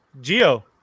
Geo